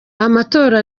amatora